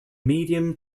medium